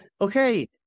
okay